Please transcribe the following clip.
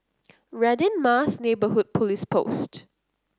Radin Mas Neighbourhood Police Post